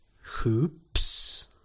Hoops